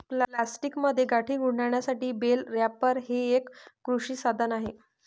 प्लास्टिकमध्ये गाठी गुंडाळण्यासाठी बेल रॅपर हे एक कृषी साधन आहे